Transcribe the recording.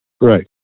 Right